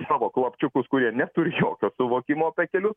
savo klapčiukus kurie neturi jokio suvokimo apie kelius